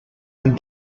and